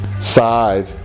side